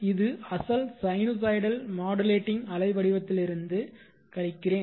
இது அசல் sinusoidal modulating அலை வடிவத்திலிருந்து கழிக்கிறேன்